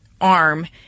arm